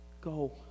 Go